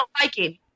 Viking